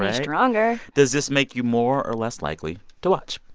ah stronger does this make you more or less likely to watch?